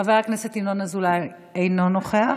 חבר הכנסת ינון אזולאי, אינו נוכח,